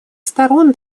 сторон